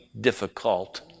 difficult